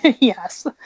yes